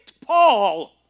Paul